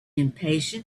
impatient